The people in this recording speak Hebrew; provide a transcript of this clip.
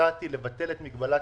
בעניין הזה,